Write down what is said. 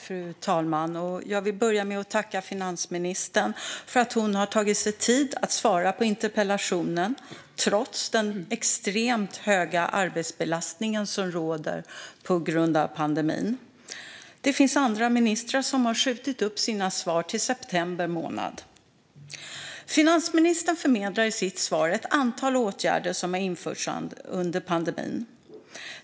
Fru talman! Jag vill börja med att tacka finansministern för att hon har tagit sig tid att svara på interpellationen, trots den extremt höga arbetsbelastning som råder på grund av pandemin. Det finns andra ministrar som har skjutit upp sina svar till september månad. Finansministern förmedlar i sitt svar ett antal åtgärder som har införts under pandemin.